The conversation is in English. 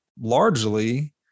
largely